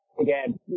again